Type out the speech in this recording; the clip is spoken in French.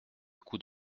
coups